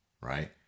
right